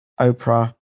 Oprah